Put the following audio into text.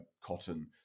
cotton